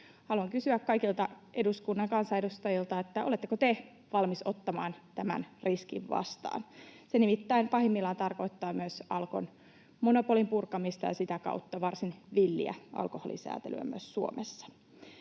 Haluan kysyä kaikilta eduskunnan kansanedustajilta, oletteko te valmiita ottamaan tämän riskin vastaan. Se nimittäin pahimmillaan tarkoittaa myös Alkon monopolin purkamista ja sitä kautta varsin villiä alkoholisäätelyä myös Suomessa.